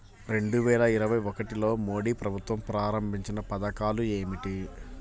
రెండు వేల ఇరవై ఒకటిలో మోడీ ప్రభుత్వం ప్రారంభించిన పథకాలు ఏమిటీ?